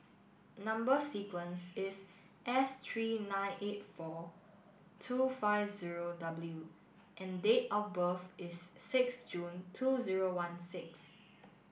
number sequence is S three nine eight four two five zero W and date of birth is six June two zero one six